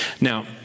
Now